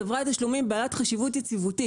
'חברת תשלומים בעלת חשיבות יציבותית'.